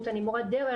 והם לא מעודדים,